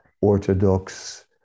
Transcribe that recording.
Orthodox